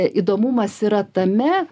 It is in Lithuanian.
įdomumas yra tame